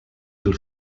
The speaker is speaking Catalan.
del